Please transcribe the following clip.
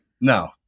No